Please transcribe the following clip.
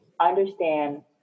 understand